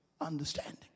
understanding